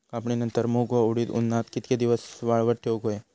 कापणीनंतर मूग व उडीद उन्हात कितके दिवस वाळवत ठेवूक व्हये?